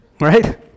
Right